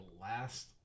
last